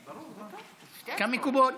כמקובל.